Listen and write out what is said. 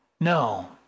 no